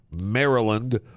maryland